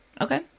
Okay